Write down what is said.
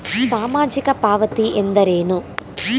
ಸಾಮಾಜಿಕ ಪಾವತಿ ಎಂದರೇನು?